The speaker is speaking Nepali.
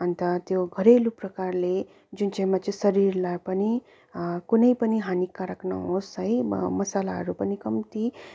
अन्त त्यो घरेलु प्रकारले जुन चाहिँ म चाहिँ शरीरलाई पनि कुनै पनि हानिकारक नहोस् है म मसलाहरू पनि कम्ती